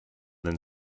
than